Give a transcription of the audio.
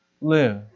live